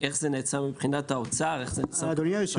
איך זה נעשה מבחינת האוצר, איך זה נעשה